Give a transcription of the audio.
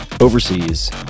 overseas